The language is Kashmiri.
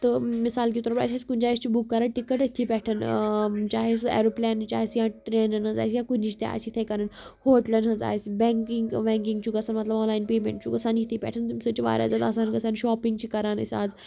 تہٕ مثال کے طور پر اَسہِ آسہِ کُنہِ جایہِ أسۍ چھِ بُک کَران ٹِکَٹ أتھۍ پٮ۪ٹھ چاہے سُہ ایروپٕلینٕچ آسہِ یا ٹرٛینَن ہِنٛز آسہِ یا کُنِچ تہِ آسہِ یِتھَے کَنۍ ہوٹلَن ہِنٛز آسہِ بیٚنٛکِنٛگ ویٚنٛکِنٛگ چھُ گژھان مطلب آن لایِن پیمینٛٹ چھُ گژھان ییٚتھۍ پٮ۪ٹھ تمہِ سۭتۍ چھُ واریاہ زیادٕ آسان گژھان شاپِنٛگ چھِ کَران أسۍ اَز